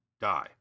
die